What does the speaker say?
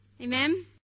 Amen